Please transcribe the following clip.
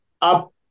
up